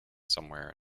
somewhere